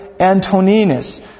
Antoninus